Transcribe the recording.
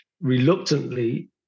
reluctantly